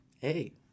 Hey